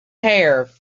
hair